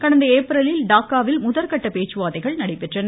கடந்த ஏப்ரலில் டாக்காவில் முதற்கட்ட பேச்சுவார்த்தைகள் நடைபெற்றன